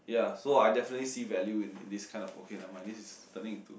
so I definitely see value in in this kind okay never mind this is turning into